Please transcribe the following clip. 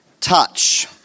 Touch